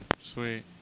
Sweet